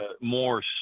more